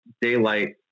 daylight